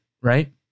right